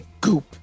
goop